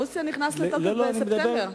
רוסיה, נכנס לתוקף בספטמבר.